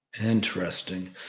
Interesting